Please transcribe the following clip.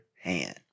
hand